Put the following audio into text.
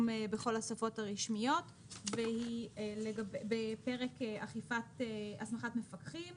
בכל השפות הרשמיות והיא בפרק אכיפת הסמכת מפקחים